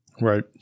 right